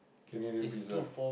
Canadian-Pizza